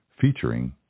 featuring